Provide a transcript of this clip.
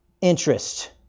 Interest